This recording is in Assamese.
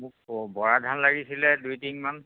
মোক বৰা ধান লাগিছিলে দুই টিংমান